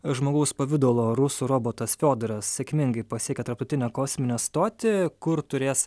žmogaus pavidalo rusų robotas fiodoras sėkmingai pasiekė tarptautinę kosminę stotį kur turės